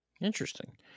Interesting